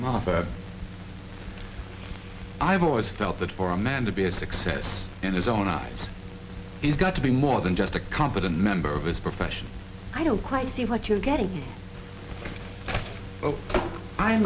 mother i've always felt that for a man to be a success in his own eyes he's got to be more than just a competent member of his profession i don't quite see what you're getting i